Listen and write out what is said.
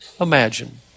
imagine